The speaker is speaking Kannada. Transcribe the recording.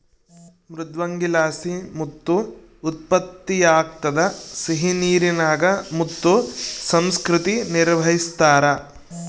ಮೃದ್ವಂಗಿಲಾಸಿ ಮುತ್ತು ಉತ್ಪತ್ತಿಯಾಗ್ತದ ಸಿಹಿನೀರಿನಾಗ ಮುತ್ತು ಸಂಸ್ಕೃತಿ ನಿರ್ವಹಿಸ್ತಾರ